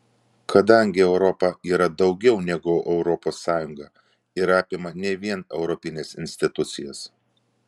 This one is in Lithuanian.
kadangi europa yra daugiau negu europos sąjunga ir apima ne vien europines institucijas